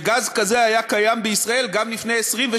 וגז כזה היה קיים בישראל גם לפני 20,